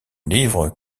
livre